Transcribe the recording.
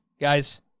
guys